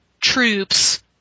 troops